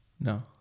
No